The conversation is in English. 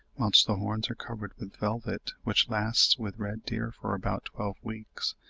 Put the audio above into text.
whilst the horns are covered with velvet, which lasts with red-deer for about twelve weeks,